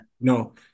no